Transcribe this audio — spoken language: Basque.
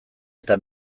eta